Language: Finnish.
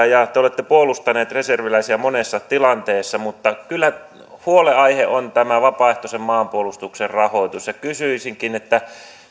ja te olette puolustanut reserviläisiä monessa tilanteessa mutta kyllä huolenaihe on tämä vapaaehtoisen maanpuolustuksen rahoitus kysyisinkin